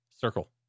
circle